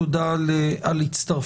תודה על הצטרפותכם.